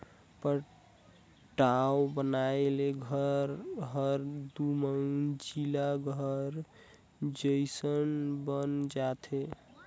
पटाव बनाए ले घर हर दुमंजिला घर जयसन बन जाथे